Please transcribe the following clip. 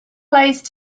placed